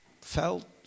felt